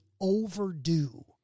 overdue